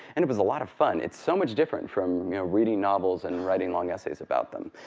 and it was a lot of fun. it's so much different from reading novels and writing long essays about them.